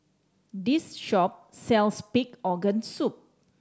this shop sells pig organ soup